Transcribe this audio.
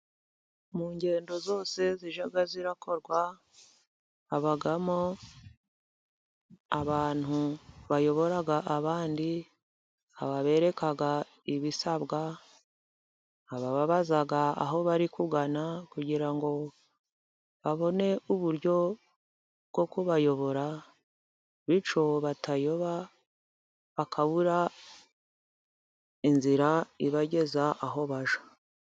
Mu ngendo zose zijya zikorwa habamo abantu bayobora abandi, ababereka ibisabwa, ababaza aho bari kugana kugira ngo babone uburyo bwo kubayobora bityo batayoba bakabura inzira ibageza aho bajya.